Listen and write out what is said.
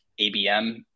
ABM